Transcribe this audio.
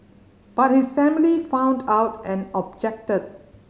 but his family found out and objected